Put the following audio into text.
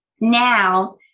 now